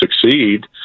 succeed